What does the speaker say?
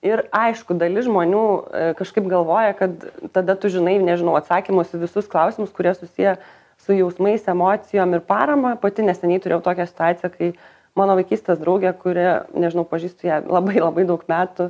ir aišku dalis žmonių kažkaip galvoja kad tada tu žinai nežinau atsakymus į visus klausimus kurie susiję su jausmais emocijom ir parama pati neseniai turėjau tokią situaciją kai mano vaikystės draugė kuri nežinau pažįstu ją labai labai daug metų